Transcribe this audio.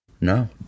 No